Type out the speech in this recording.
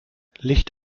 licht